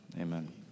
amen